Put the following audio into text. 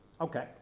Okay